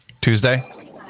Tuesday